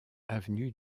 avenue